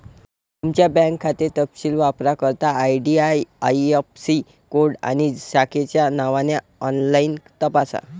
तुमचा बँक खाते तपशील वापरकर्ता आई.डी.आई.ऍफ़.सी कोड आणि शाखेच्या नावाने ऑनलाइन तपासा